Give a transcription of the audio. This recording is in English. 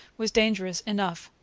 was dangerous enough.